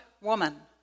woman